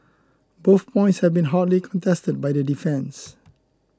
both points have been hotly contested by the defence